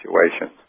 situations